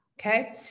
okay